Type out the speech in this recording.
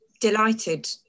delighted